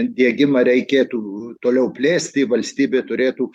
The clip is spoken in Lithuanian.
diegimą reikėtų toliau plėsti valstybė turėtų